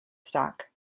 stock